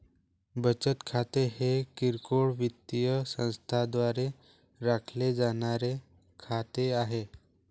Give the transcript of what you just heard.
बचत खाते हे किरकोळ वित्तीय संस्थांद्वारे राखले जाणारे खाते आहे